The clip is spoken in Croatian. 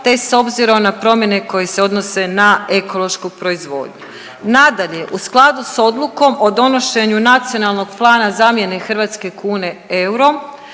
te s obzirom na promjene koje se odnose na ekološku proizvodnju. Nadalje, u skladu s odlukom o donošenju Nacionalnog plana zamjene hrvatske kune eurom